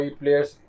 players